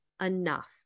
enough